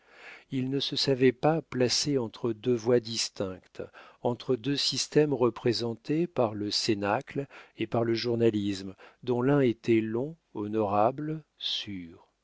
il ne se savait pas placé entre deux voies distinctes entre deux systèmes représentés par le cénacle et par le journalisme dont l'un était long honorable sûr